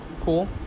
cool